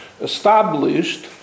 established